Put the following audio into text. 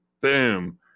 boom